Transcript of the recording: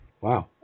wow